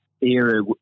era